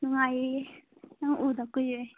ꯅꯨꯡꯉꯥꯏꯔꯤꯌꯦ ꯅꯪ ꯎꯗ ꯀꯨꯏꯔꯦ